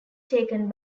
taken